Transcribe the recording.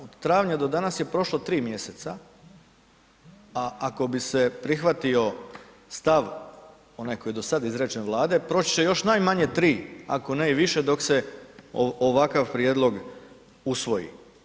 Od travnja do danas je prošlo 3 mj. a ako bi se prihvatio stav, onaj koji je do sad izrečen Vlade, proći će još najmanje tri ako ne i više dok se ovaj prijedlog usvoji.